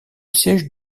siège